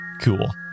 cool